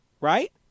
Right